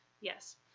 Yes